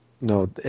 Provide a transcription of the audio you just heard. no